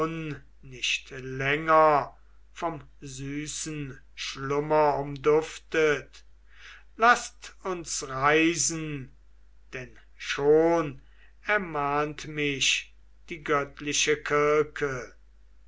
nicht länger vom süßen schlummer umduftet laßt uns reisen denn schon ermahnt mich die göttliche